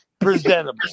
presentable